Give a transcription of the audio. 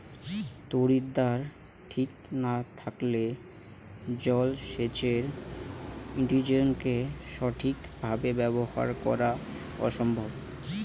তড়িৎদ্বার ঠিক না থাকলে জল সেচের ইণ্জিনকে সঠিক ভাবে ব্যবহার করা অসম্ভব